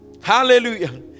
Hallelujah